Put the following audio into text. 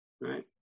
Right